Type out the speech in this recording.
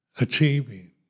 achieving